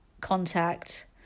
contact